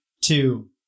two